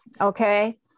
Okay